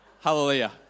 hallelujah